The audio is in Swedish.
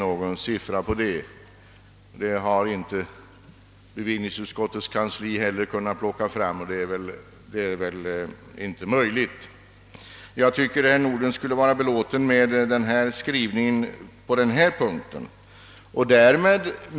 Nej, det är omöjligt att ange några sådana siffror. Bevillningsutskottets kansli har inte kunnat plocka fram några uppgifter av det slaget. Jag tycker att herr Nordgren borde vara belåten med vad utskottet i detta sammanhang skrivit.